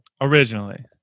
originally